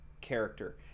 character